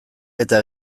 eta